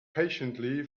patiently